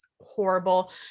horrible